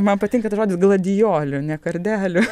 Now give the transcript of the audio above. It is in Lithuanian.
man patinka tas žodis gladiolių ne kardelių